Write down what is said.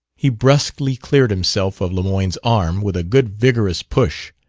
he brusquely cleared himself of lemoyne's arm with a good vigorous push.